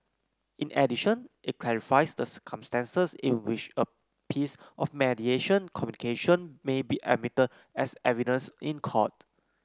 in addition it clarifies the circumstances in which a piece of mediation communication may be admitted as evidence in court